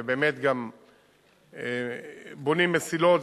ובאמת גם בונים מסילות,